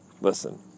listen